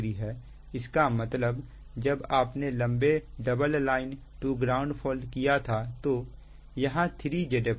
इसका मतलब जब आपने लंबे double line to ground fault किया था तो यहां 3Zf था